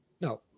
No